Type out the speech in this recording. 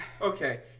Okay